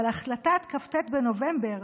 אבל ההחלטה בכ"ט בנובמבר,